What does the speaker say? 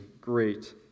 great